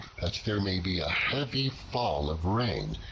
that there may be a heavy fall of rain,